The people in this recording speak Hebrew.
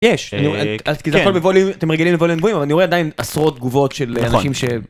יש אתם רגילים ואני רואה עדיין עשרות תגובות של אנשים.